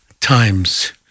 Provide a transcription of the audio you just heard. times